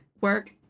work